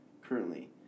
currently